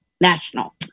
national